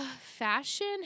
Fashion